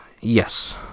Yes